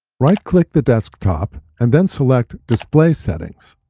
right-click the desktop, and then select display settings.